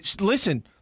Listen